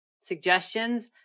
suggestions